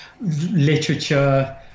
Literature